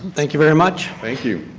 thank you, very much. thank you.